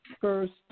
first